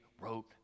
wrote